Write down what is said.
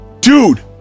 dude